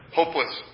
hopeless